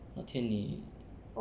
那天你